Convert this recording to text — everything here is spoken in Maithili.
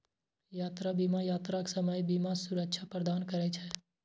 यात्रा बीमा यात्राक समय बीमा सुरक्षा प्रदान करै छै